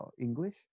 English